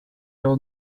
leur